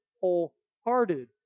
whole-hearted